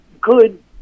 good